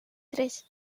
tres